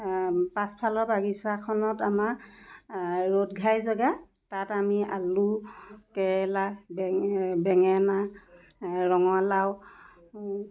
পাছফালৰ বাগিচাখনত আমাৰ ৰ'দ ঘাই জেগা তাত আমি আলু কেৰেলা বেঙ বেঙেনা ৰঙলাও